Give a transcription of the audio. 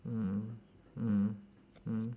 mm mm mm mm